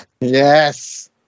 Yes